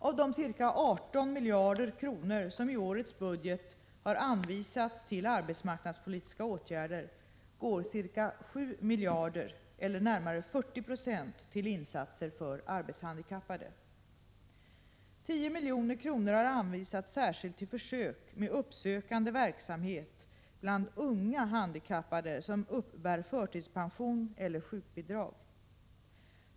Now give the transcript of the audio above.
Av de ca 18 miljarder kronor, som i årets budget har anvisats till arbetsmarknadspolitiska åtgärder, går ca 7 miljarder eller närmare 40 9o till insatser för arbetshandikappade. 10 milj.kr. har anvisats särskilt till försök med uppsökande verksamhet bland unga handikappade som uppbär förtidspension eller sjukbidrag.